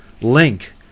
link